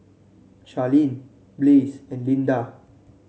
Charline Blaze and Lynda